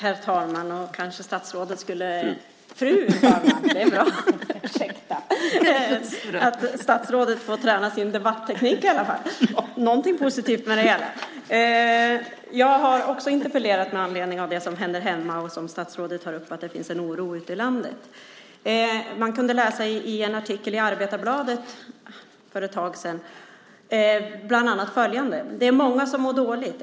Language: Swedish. Fru talman! Ja, statsrådet får träna sin debatteknik i alla fall. Det kan vara något positivt med det hela! Jag har också interpellerat med anledning av det som händer hemma, och statsrådet tar också upp att det finns en oro ute i landet. Man kunde läsa i en artikel i Arbetarbladet för ett tag sedan bland annat följande: "Det är många som mår dåligt.